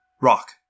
Rock